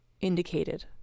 indicated